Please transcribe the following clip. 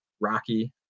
Rocky